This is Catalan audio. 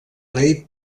rei